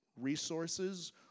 resources